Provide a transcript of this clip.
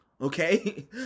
okay